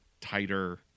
tighter